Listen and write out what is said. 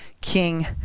King